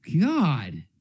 God